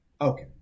Okay